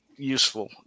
Useful